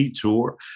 tour